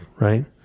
Right